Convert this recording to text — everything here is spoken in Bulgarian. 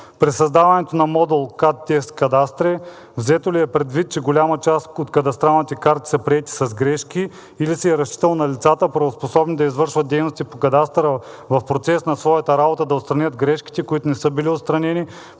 При създаването на модул cadtest.cadastre.bg взето ли е предвид, че голяма част от кадастралните карти са приети с грешки, или се е разчитало на лицата, правоспособни да извършват дейности по кадастъра, в процеса на своята работа да отстранят грешките, които не са били отстранени